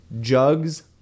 Jugs